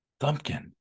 Thumpkin